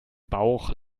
bauch